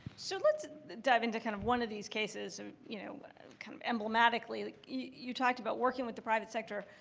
so let's dive into kind of one of these cases and you know kind of emblematically. you talked about working with the private sector,